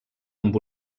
amb